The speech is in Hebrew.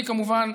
כמובן,